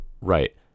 right